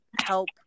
help